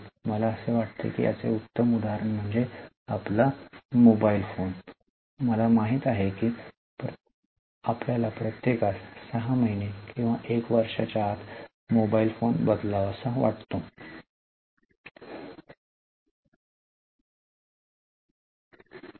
मला असे वाटते की याचे उत्तम उदाहरण म्हणजे आपले मोबाइल फोन मला माहित आहे की आपल्याला प्रत्येकास 6 महिने किंवा 1 वर्षाच्या आत मोबाइल फोन बदलावासा वाटतो